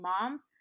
moms